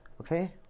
okay